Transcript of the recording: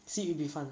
see it'll be fun